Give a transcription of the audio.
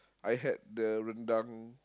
I had the rendang